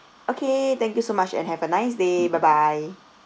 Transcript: okay thank you so much and have a nice day bye bye